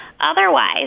Otherwise